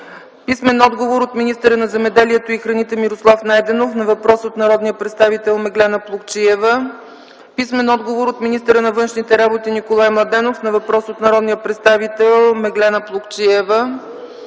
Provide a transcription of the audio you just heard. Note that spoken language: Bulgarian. Плугчиева; - от министъра на земеделието и храните Мирослав Найденов на въпрос от народния представител Меглена Плугчиева; - от министъра на външните работи Николай Младенов на въпрос от народния представител Меглена Плугчиева;